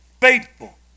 faithful